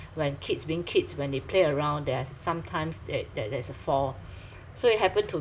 when kids being kids when they play around there are sometimes there there there's a fall so it happened to